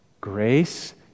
Grace